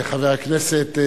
חבר הכנסת,